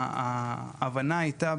ההבנה הייתה,